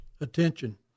attention